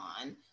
on